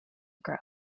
graph